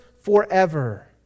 forever